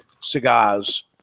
cigars